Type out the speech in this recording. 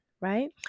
right